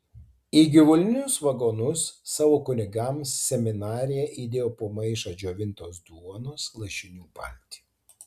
į gyvulinius vagonus savo kunigams seminarija įdėjo po maišą džiovintos duonos lašinių paltį